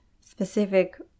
specific